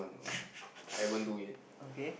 okay